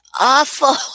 awful